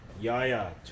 Yaya